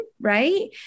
right